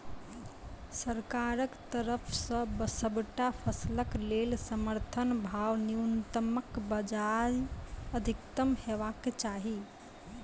सरकारक तरफ सॅ सबटा फसलक लेल समर्थन भाव न्यूनतमक बजाय अधिकतम हेवाक चाही?